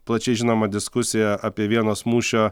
plačiai žinoma diskusija apie vienos mūšio